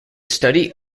study